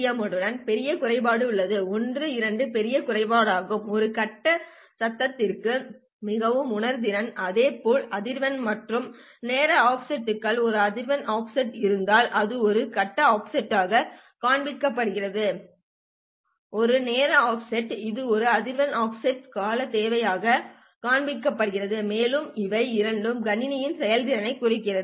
OFDM உடன் பெரிய குறைபாடு உள்ளது ஒன்று இரண்டு பெரிய குறைபாடு ஆகும் இது கட்ட சத்தத்திற்கு மிகவும் உணர்திறன் அதே போல் அதிர்வெண் மற்றும் நேர ஆஃப்செட்டுகள் ஒரு அதிர்வெண் ஆஃப்செட் இருந்தால் அது ஒரு கட்ட ஆஃப்செட்டாகக் காண்பிக்கப்படுகிறது ஒரு இருந்தால் நேர ஆஃப்செட் இது ஒரு அதிர்வெண் ஆஃப்செட் கால தேவையாகக் காண்பிக்கப்படுகிறது மேலும் இவை இரண்டும் கணினியின் செயல்திறனைக் குறைக்கும்